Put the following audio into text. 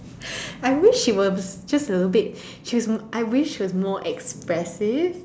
I wish she's was just a little bit she was I wish she was more expressive